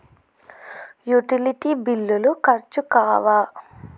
Utility బిల్లులు ఖర్చు కావా?